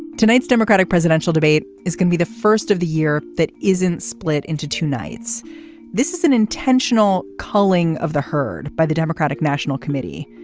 tonight's democratic presidential debate is going to be the first of the year that isn't split into two nights this is an intentional culling of the herd by the democratic national committee.